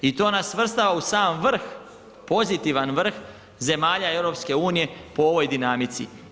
I to nas svrstava u sam vrh pozitivan vrh zemalja EU po ovoj dinamici.